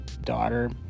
daughter